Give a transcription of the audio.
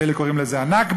אלה קוראים לזה "הנכבה"